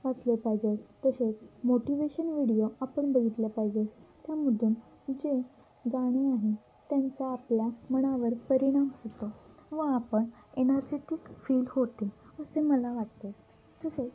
वाचले पाहिजेत तशेच मोटिवेशन व्हिडिओ आपण बघितले पाहिजे त्यामधून जे गाणी आहेत त्यांचा आपल्या मनावर परिणाम होतो व आपण एनर्जेटिक फील होते असे मला वाटते तसेच